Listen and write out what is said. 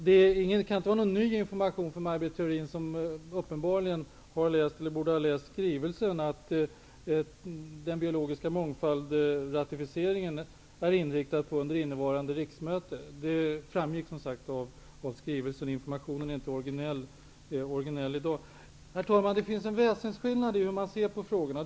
Det kan inte vara någon ny information för Maj Britt Theorin, som uppenbarligen borde ha läst skrivelsen, att inriktningen är att ratificeringen av konventionen om den biologiska mångfalden skall ske under innevarande riksmöte. Det framgick, som sagt, av skrivelsen och informationen. Herr talman! Det finns en väsensskillnad i hur man ser på frågorna.